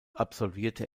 absolvierte